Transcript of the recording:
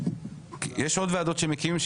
יש עוד ועדות שמקימים,